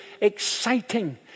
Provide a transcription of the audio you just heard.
exciting